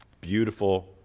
Beautiful